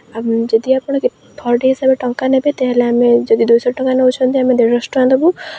ଯଦି ଆପଣ per day ହିସାବରେ ଟଙ୍କା ନେବେ ତା'ହେଲେ ଆମେ ଯଦି ଦୁଇ ଶହ ଟଙ୍କା ନେଉଛନ୍ତି ତେବେ ଆମେ ଦେଢ଼ ଶହ ଟଙ୍କା ଦେବୁ